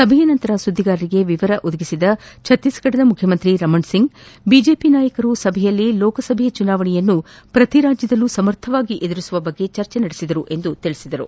ಸಭೆಯ ನಂತರ ಸುದ್ದಿಗಾರರಿಗೆ ವಿವರ ಒದಗಿಸಿದ ಭತ್ತೀಸ್ಗಢ ಮುಖ್ಯಮಂತ್ರಿ ರಮಣ್ ಸಿಂಗ್ ಬಿಜೆಪಿ ನಾಯಕರು ಸಭೆಯಲ್ಲಿ ಲೋಕಸಭೆ ಚುನಾವಣೆಯನ್ನು ಪ್ರತಿ ರಾಜ್ಯದಲ್ಲೂ ಸಮರ್ಥವಾಗಿ ಎದುರಿಸುವ ಕುರಿತು ಚರ್ಚಿಸಿದರು ಎಂದರು